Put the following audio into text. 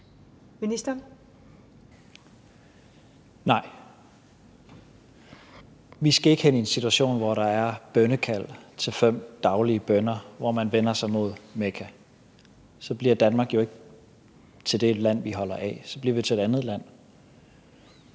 Tesfaye): Nej. Vi skal ikke hen i en situation, hvor der er bønnekald til fem daglige bønner, hvor man vender sig mod Mekka. Så bliver Danmark jo ikke til det land, vi holder af, så bliver vi til et andet land.